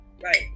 Right